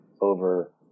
over